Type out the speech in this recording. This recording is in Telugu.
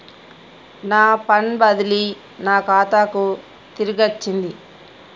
నా ఫండ్ బదిలీ నా ఖాతాకు తిరిగచ్చింది